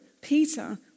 Peter